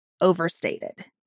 overstated